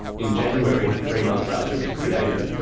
in january, three months after it was created,